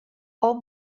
hom